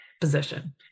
position